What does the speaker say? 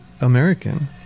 American